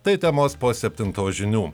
tai temos po septintos žinių